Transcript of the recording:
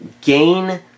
Gain